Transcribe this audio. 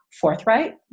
forthright